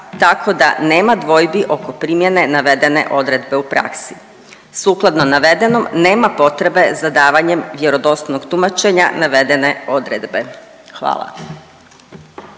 tako da nema dvojbi oko primjene navedene odredbe u praksi. Sukladno navedenom nema potrebe za davanjem vjerodostojnog tumačenje navedene odredbe. Hvala.